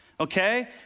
Okay